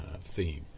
theme